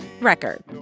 record